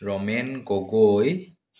Ramen Gogoi